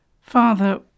Father